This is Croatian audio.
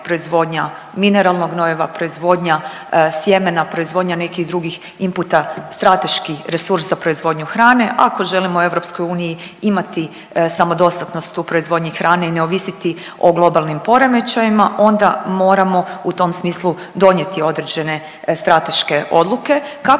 proizvodnja mineralnog gnojiva, proizvodnja sjemena, proizvodnja nekih drugih imputa strateški resurs za proizvodnju hrane. Ako želimo EU imati samodostatnost u proizvodnji hrane i ne ovisiti o globalnim poremećajima onda moramo u tom smislu donijeli određene strateške odluke